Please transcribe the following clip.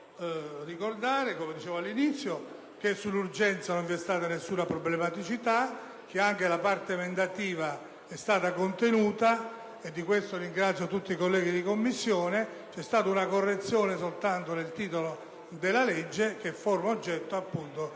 volevo ricordare - come dicevo all'inizio - che sull'urgenza non vi è stata alcuna problematicità, che anche la parte emendativa è stata contenuta e di questo ringrazio tutti i colleghi della Commissione. C'è stata una correzione soltanto nel titolo del disegno di legge, che forma oggetto di un emendamento